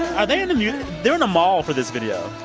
are they in the yeah they're in the mall for this video,